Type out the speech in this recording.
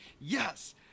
yes